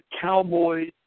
Cowboys